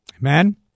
amen